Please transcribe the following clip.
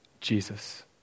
Jesus